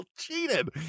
cheated